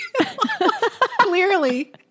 clearly